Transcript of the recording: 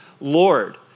Lord